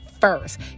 first